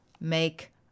make